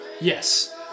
Yes